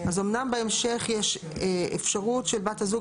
אז אמנם בהמשך יש אפשרות של בת הזוג